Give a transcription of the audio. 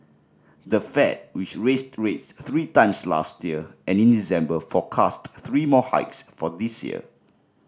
the Fed which raised rates three times last year and in December forecast three more hikes for this year